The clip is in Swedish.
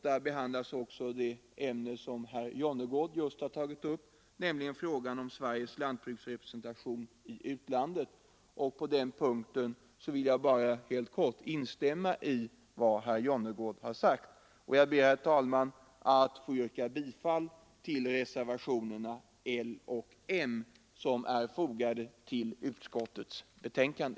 Där behandlas även den fråga som herr Jonnergård just har tagit upp, nämligen frågan om Sveriges lantbruksrepresentation i utlandet, och i det avseendet vill jag instämma i vad herr Jonnergård har sagt. Jag ber, herr talman, att få yrka bifall till reservationerna L och M, som är fogade till utskottets betänkande.